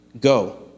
Go